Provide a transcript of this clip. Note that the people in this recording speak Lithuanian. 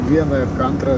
vieną antrą